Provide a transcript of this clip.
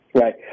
Right